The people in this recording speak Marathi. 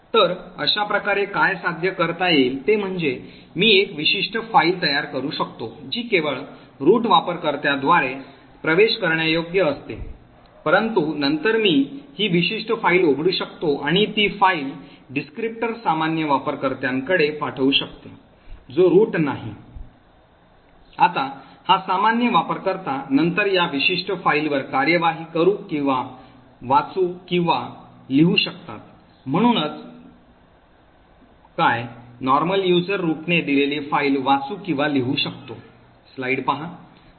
तर अशाप्रकारे काय साध्य करता येईल ते म्हणजे मी एक विशिष्ट फाईल तयार करू शकतो जी केवळ रूट वापरकर्त्यांद्वारे प्रवेश करण्यायोग्य असते परंतु नंतर मी ही विशिष्ट फाईल उघडू शकतो आणि ती फाइल वर्णनकर्ता सामान्य वापरकर्त्याकडे पाठवू शकते जो root नाही आता हा सामान्य वापरकर्ता नंतर या विशिष्ट फाईलवर कार्यवाही करू आणि वाचू किंवा लिहू शकतात म्हणूनच काय सामान्य वापरकर्ता रूटने दिलेली फाईल वाचू किंवा लिहू शकतो